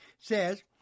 says